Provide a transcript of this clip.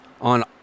on